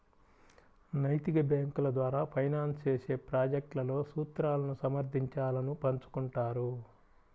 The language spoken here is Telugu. నైతిక బ్యేంకుల ద్వారా ఫైనాన్స్ చేసే ప్రాజెక్ట్లలో సూత్రాలను సమర్థించాలను పంచుకుంటారు